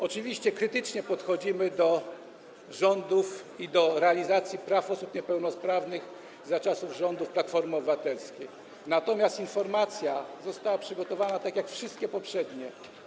Oczywiście krytycznie podchodzimy do realizacji praw osób niepełnosprawnych za czasów rządów Platformy Obywatelskiej, natomiast informacja została przygotowana, jak wszystkie poprzednie.